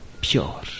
pure